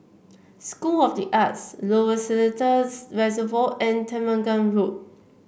school of the Arts Lower Seletar Reservoir and Temenggong Road